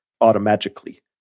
automatically